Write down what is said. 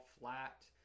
flat